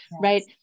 right